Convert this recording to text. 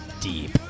deep